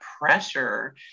pressure